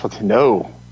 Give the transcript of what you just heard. No